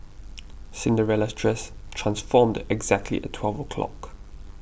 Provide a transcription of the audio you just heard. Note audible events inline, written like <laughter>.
<noise> Cinderella's dress transformed exactly at twelve o'clock